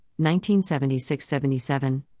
1976-77